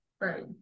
Right